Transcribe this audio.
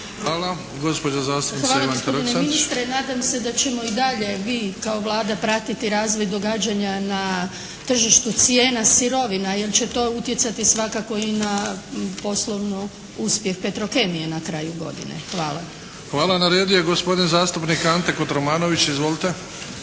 Hvala gospodine ministre. Nadam se da ćemo i dalje vi kao Vlada pratiti razvoj događanja na tržištu cijena sirovina jer će to utjecati svakako i na poslovni uspjeh Petrokemije na kraju godine. Hvala. **Bebić, Luka (HDZ)** Hvala. Na redu je gospodin zastupnik Ante Kotromanović. Izvolite.